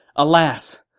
alas,